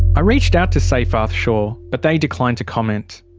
i reached out to seyfarth shaw but they declined to comment.